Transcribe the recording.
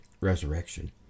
resurrection